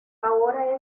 ahora